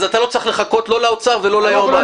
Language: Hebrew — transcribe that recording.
אז אתה לא צריך לחכות, לא לאוצר ולא ליועמ"ש.